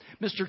Mr